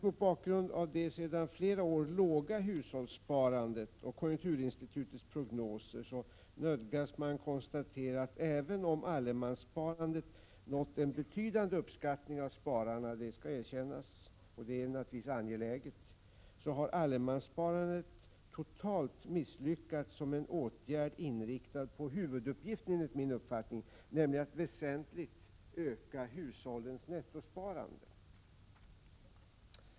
Mot bakgrund av det sedan flera år tillbaka låga hushållssparandet och konjunkturinstitutets prognoser nödgas man konstatera, att även om allemanssparandet nått en betydande uppskattning hos spararna — det skall erkännas, och det är naturligtvis angeläget —, har allemanssparandet totalt misslyckats som en åtgärd inriktad på vad som enligt min mening är huvuduppgiften, nämligen att väsentligt öka hushållens nettosparande.